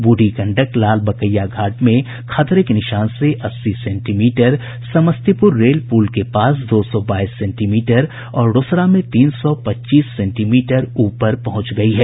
बूढ़ी गंडक लालबकैया घाट में खतरे के निशान से अस्सी सेंटीमीटर समस्तीपूर रेल पूल के पास दो सौ बाईस सेंटीमीटर और रोसड़ा में तीन सौ पच्चीस सेंटीमीटर ऊपर पहुंच गयी है